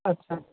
আচ্ছা